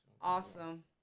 Awesome